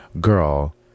Girl